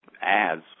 ads